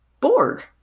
Borg